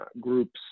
groups